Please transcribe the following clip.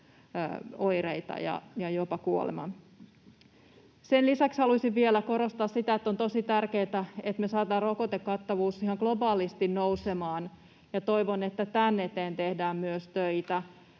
oireita ja jopa kuoleman. Sen lisäksi haluaisin vielä korostaa sitä, että on tosi tärkeätä, että me saadaan rokotekattavuus ihan globaalisti nousemaan. Toivon, että tämän eteen tehdään myös töitä.